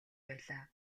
байлаа